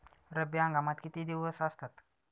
रब्बी हंगामात किती दिवस असतात?